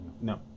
no